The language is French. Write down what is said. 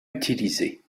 utilisée